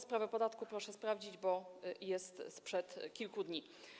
Sprawę podatku proszę sprawdzić, bo to jest sprzed kilku dni.